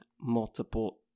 multiple